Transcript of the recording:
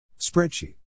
Spreadsheet